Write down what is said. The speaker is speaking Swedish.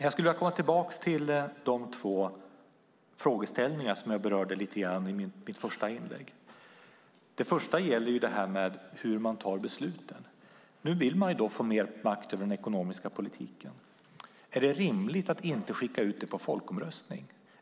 Jag skulle vilja komma tillbaka till de två frågeställningar som jag berörde lite grann i mitt första inlägg. Det första gäller hur man tar besluten. Nu vill man få mer makt över den ekonomiska politiken. Är det rimligt att inte skicka ut det på folkomröstning?